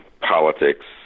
politics